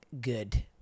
good